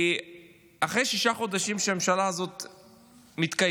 כי אחרי שישה חודשים שהממשלה הזאת מתקיימת,